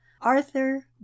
arthur